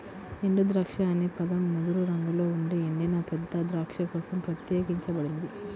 ఎండుద్రాక్ష అనే పదం ముదురు రంగులో ఉండే ఎండిన పెద్ద ద్రాక్ష కోసం ప్రత్యేకించబడింది